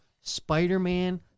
Spider-Man